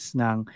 ng